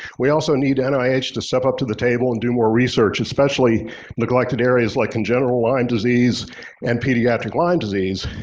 we also need and nih to step up to the table and do more research especially neglected areas like congenital lyme disease and pediatric lyme disease.